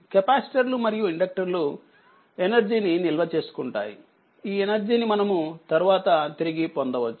కెపాసిటర్లు మరియు ఇండక్టర్లు ఎనర్జీ ని నిల్వ చేసుకుంటాయి ఈ ఎనర్జీ ని మనము తర్వాత తిరిగి పొందవచ్చు